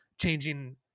changing